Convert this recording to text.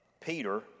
Peter